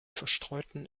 verstreuten